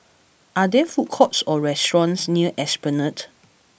are there food courts or restaurants near Esplanade